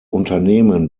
unternehmen